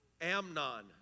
Amnon